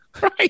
Right